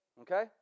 Okay